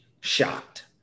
Shocked